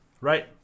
right